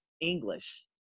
English